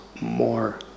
more